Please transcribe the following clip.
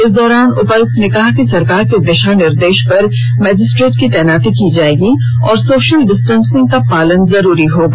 इस दौरान उपायुक्त ने कहा कि सरकार के दिशा निर्देश पर मजिस्ट्रेट की तैनाती की जाएगी और सोशल डिस्टेंसिंग का पालन जरूरी होगा